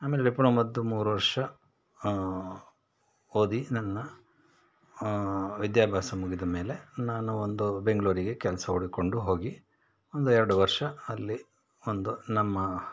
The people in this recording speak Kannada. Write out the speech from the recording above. ಆಮೇಲೆ ಡಿಪ್ಲೊಮದ್ದು ಮೂರು ವರ್ಷ ಓದಿ ನನ್ನ ವಿದ್ಯಾಭ್ಯಾಸ ಮುಗಿದ ಮೇಲೆ ನಾನು ಒಂದು ಬೆಂಗಳೂರಿಗೆ ಕೆಲಸ ಹುಡ್ಕೊಂಡು ಹೋಗಿ ಒಂದು ಎರಡು ವರ್ಷ ಅಲ್ಲಿ ಒಂದು ನಮ್ಮ